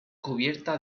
cubierta